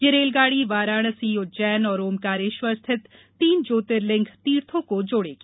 यह रेलगाड़ी वाराणसी उज्जैन और आंकारेश्वर स्थित तीन ज्योर्तिलिंग तीर्थों को जोड़ेगी